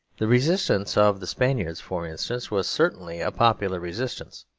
the resistance of the spaniards, for instance, was certainly a popular resistance.